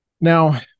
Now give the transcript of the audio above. Now